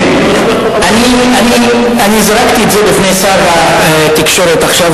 אני זרקתי את זה בפני שר התקשורת עכשיו.